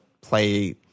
play